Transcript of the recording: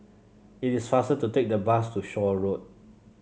it is faster to take the bus to Shaw Road